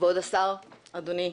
כבוד השר, אדוני,